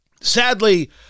Sadly